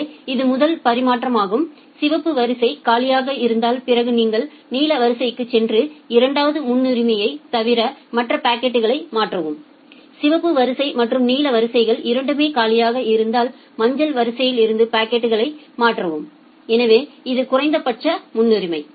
எனவே இது முதல் பரிமாற்றமாகும் சிவப்பு வரிசை காலியாக இருந்தால் பிறகு நீங்கள் நீல வரிசைக்குச் சென்று இரண்டாவது முன்னுரிமையைத் தவிர மற்ற பாக்கெட்களை மாற்றவும் சிவப்பு வரிசை மற்றும் நீல வரிசைகள் இரண்டுமே காலியாக இருந்தால் மஞ்சள் வரிசையில் இருந்து பாக்கெட்டுகளை மாற்றவும் எனவே இது குறைந்தபட்ச முன்னுரிமை